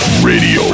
radio